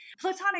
platonic